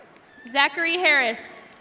zachary harris.